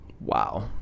wow